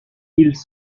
ils